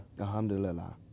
Alhamdulillah